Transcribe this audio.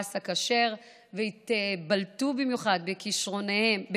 אסא כשר ובלטו במיוחד בכישרונם,